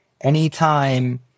Anytime